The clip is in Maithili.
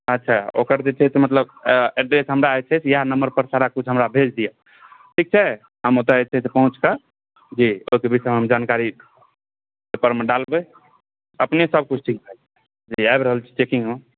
अच्छा ओकर जे छै से मतलब एड्रेस हमरा मैसेज इएह नम्बर पर हमरा सारा किछु भेज दिअ ठीक छै हम ओतऽ जे छै से पहुँच कऽ जी ओतबे से हम जानकारी पेपरमे डालबै अपने सब कुछ ठीक भए जेतै हैया आबि रहल छी चेकिंगमे